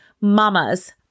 mamas